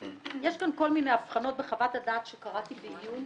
יש כאן כל מיני הבחנות בחוות הדעת שקראתי בעיון